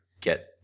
get